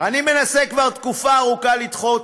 אני מנסה כבר תקופה ארוכה לדחוף